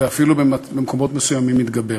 ובמקומות מסוימים אפילו מתגברת.